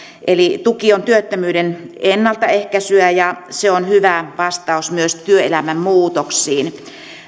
eli tuki on työttömyyden ennaltaehkäisyä ja se on hyvä vastaus myös työelämän muutoksiin